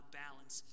balance